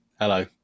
Hello